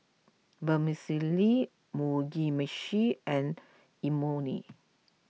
Vermicelli Mugi Meshi and Imoni